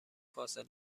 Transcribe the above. فاصله